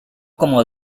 como